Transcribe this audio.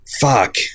fuck